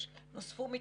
שנוספו מיטות,